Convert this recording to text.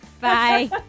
Bye